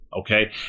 Okay